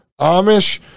amish